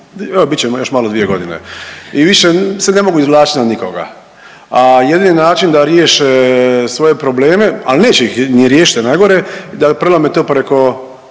bit će još malo 2 godine i više se ne mogu izvlačiti na nikoga, a jedini način da riješe svoje probleme, ali neće ih ni riješiti, što je najgore, da prelome to preko